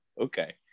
Okay